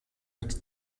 mit